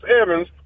Evans